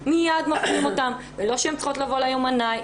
מפנים אותם ולא שהן צריכות לבוא ליומנאי.